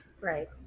right